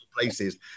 places